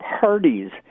parties